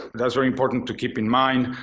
that's very important to keep in mind.